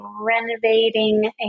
renovating